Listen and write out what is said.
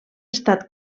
estat